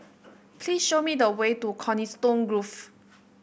please show me the way to Coniston Grove